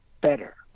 better